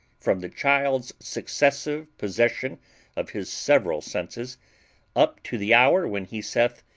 from the child's successive possession of his several senses up to the hour when he saith,